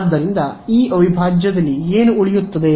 ಆದ್ದರಿಂದ ಈ ಅವಿಭಾಜ್ಯದಲ್ಲಿ ಏನು ಉಳಿಯುತ್ತದೆ